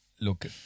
look